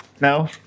No